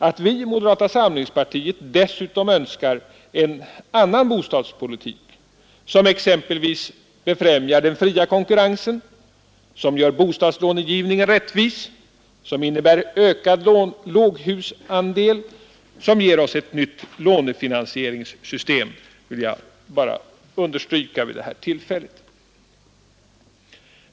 Att vi i moderata samlingspartiet dessutom önskar en annan bostadspolitik, som exempelvis befrämjar den fria konkurrensen, som gör bostadslångivningen rättvis, som innebär ökad låghusandel och som ger oss ett nytt lånefinansieringssystem, vill jag särskilt understryka vid detta tillfälle.